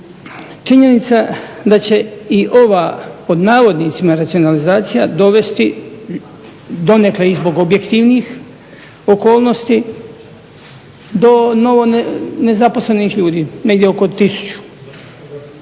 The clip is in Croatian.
činjenica da će i ova pod navodnicima "racionalizacija" dovesti donekle i zbog objektivnih okolnosti do novo nezaposlenih ljudi, negdje oko 1000.